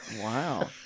Wow